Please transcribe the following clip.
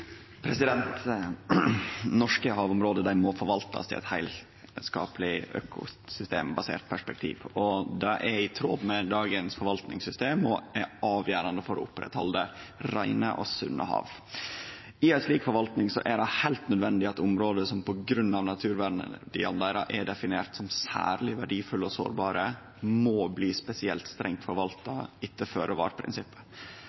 i tråd med dagens forvaltningssystem og avgjerande for å oppretthalde reine og sunne hav. I ei slik forvaltning er det heilt nødvendig at område som på grunn av naturvernverdiar er definerte som særleg verdifulle og sårbare, må bli spesielt strengt